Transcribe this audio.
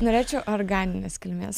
norėčiau organinės kilmės